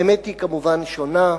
האמת היא כמובן שונה.